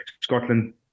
Scotland